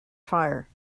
fire